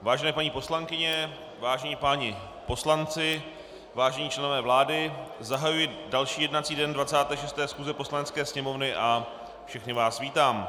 Vážené paní poslankyně, vážení páni poslanci, vážení členové vlády, zahajuji další jednací den 26. schůze Poslanecké sněmovny a všechny vás vítám.